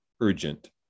urgent